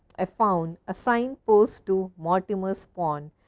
i found a sign pose to mortimer's pond.